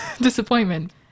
disappointment